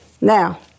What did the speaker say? Now